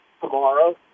tomorrow